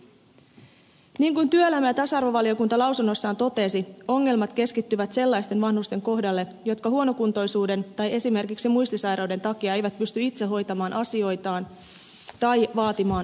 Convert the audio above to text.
niin kuin työelämä ja tasa arvovaliokunta lausunnossaan totesi ongelmat keskittyvät sellaisten vanhusten kohdalle jotka huonokuntoisuuden tai esimerkiksi muistisairauden takia eivät pysty itse hoitamaan asioitaan tai vaatimaan oikeuksiaan